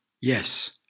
Yes